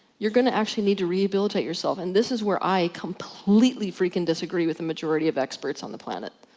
you're gonna actually need to rehabilitate yourself. and this is where i completely freakin disagree with the majority of experts on the planet.